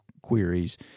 queries